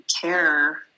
care